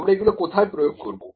আমরা এগুলো কোথায় প্রয়োগ করবো